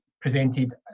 presented